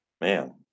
man